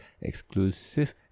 exclusive